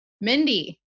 Mindy